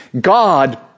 God